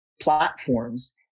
platforms